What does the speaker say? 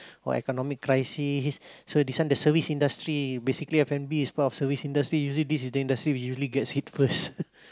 or economic crisis so this one the service industry basically f-and-b is part of service industry usually this is the industry that usually gets hit first